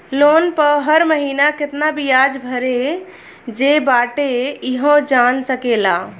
loan पअ हर महिना केतना बियाज भरे जे बाटे इहो जान सकेला